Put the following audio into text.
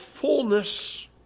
fullness